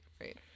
right